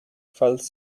falls